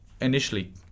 initially